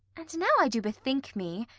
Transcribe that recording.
and now i do bethink me,